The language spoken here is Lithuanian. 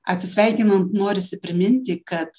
atsisveikinan norisi priminti kad